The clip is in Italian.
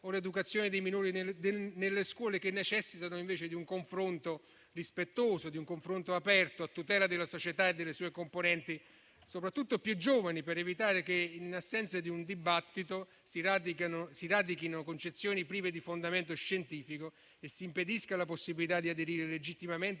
o l'educazione dei minori nelle scuole, che necessitano - invece - di un confronto rispettoso e aperto, a tutela della società e delle sue componenti, soprattutto più giovani, per evitare che, in assenza di un dibattito, si radichino concezioni prive di fondamento scientifico e si impedisca la possibilità di aderire legittimamente